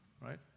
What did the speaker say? right